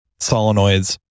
solenoids